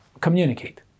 communicate